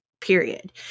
period